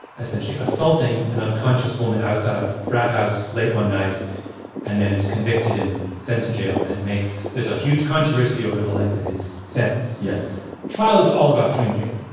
essentially assaulting an unconscious woman outside a frat house late one night and then is convicted and sent to jail. and it makes there's a huge controversy over the length of his sentence yes trial is all about drinking.